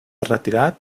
retirat